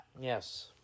Yes